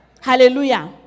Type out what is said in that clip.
Hallelujah